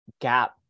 gap